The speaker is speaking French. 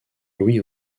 louis